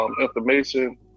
information